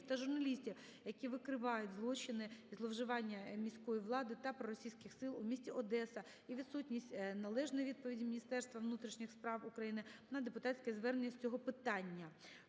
та журналістів, які викривають зловживання міської влади та проросійських сил у місті Одеса і відсутність належної відповіді Міністра внутрішніх справ України на депутатське звернення з цього питання.